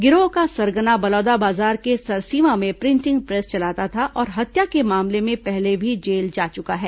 गिरोह का सरगना बलौदाबाजार के सरसीवा में प्रिटिंग प्रेस चलाता था और हत्या के मामले में पहले भी जेल जा चुका है